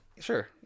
Sure